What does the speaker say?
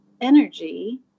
energy